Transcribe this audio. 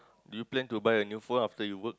do you plan to buy a new phone after you work